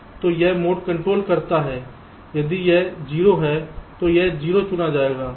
तो यह mode control करता है यदि यह 0 है तो यह 0 चुना जाएगा